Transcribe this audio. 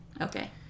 Okay